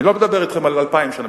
אני לא מדבר אתכם על 2,000 שנה.